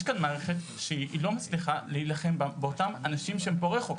יש כאן מערכת שלא מצליחה להיחלם באותם אנשים שהם פורעי חוק.